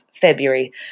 February